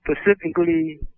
specifically